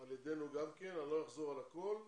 על ידינו, לא אחזור על הכול.